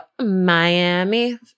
Miami